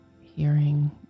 hearing